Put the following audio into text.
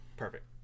perfect